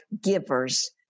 givers